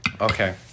Okay